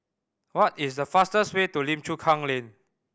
what is the fastest way to Lim Chu Kang Lane